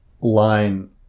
line